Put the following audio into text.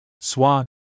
Swan